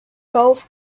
golf